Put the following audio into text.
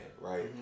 right